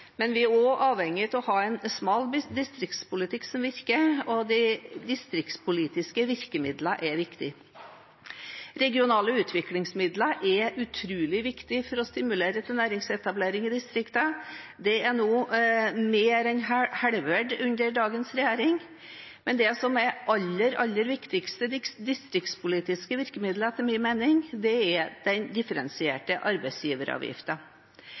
Men vi er også avhengig av å ha en smal distriktspolitikk som virker, og de distriktspolitiske virkemidlene er viktige. Regionale utviklingsmidler er utrolig viktig for å stimulere til næringsetablering i distriktene. De er nå mer enn halvert under dagens regjering. Men det som er det aller, aller viktigste distriktspolitiske virkemidlet etter min mening, er den differensierte